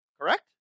correct